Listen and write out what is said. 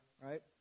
Right